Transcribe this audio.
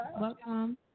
welcome